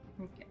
okay